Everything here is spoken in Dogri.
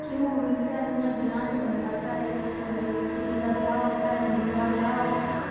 घ्यूर इंया साढ़े ब्याह् च बनदा चाहे मुड़े दा ब्याह् होऐ चाहे कुड़ी दा ब्याह होऐ